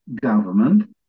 government